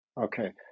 okay